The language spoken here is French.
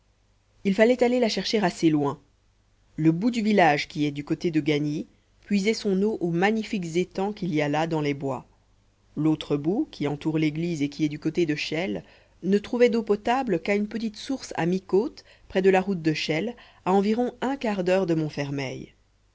il fallait aller la chercher assez loin le bout du village qui est du côté de gagny puisait son eau aux magnifiques étangs qu'il y a là dans les bois l'autre bout qui entoure l'église et qui est du côté de chelles ne trouvait d'eau potable qu'à une petite source à mi-côte près de la route de chelles à environ un quart d'heure de montfermeil